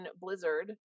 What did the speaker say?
Blizzard